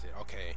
Okay